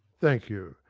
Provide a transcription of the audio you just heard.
thank you,